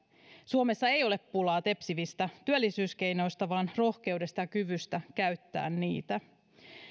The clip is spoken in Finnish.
suomessa ei ole pulaa tepsivistä työllisyyskeinoista vaan rohkeudesta ja kyvystä käyttää niitä